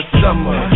summer